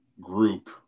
group